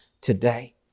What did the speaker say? today